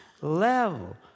level